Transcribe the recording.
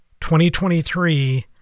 2023